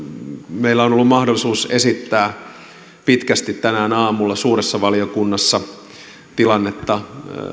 meillä on ollut mahdollisuus esittää pitkästi tänään aamulla suuressa valiokunnassa tilannetta